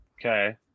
Okay